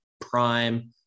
Prime